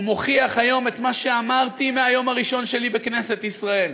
הוא מוכיח היום את מה שאמרתי מהיום הראשון שלי בכנסת ישראל.